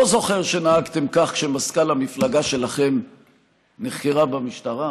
לא זוכר שנהגתם כך כשמזכ"לית המפלגה שלכם נחקרה במשטרה,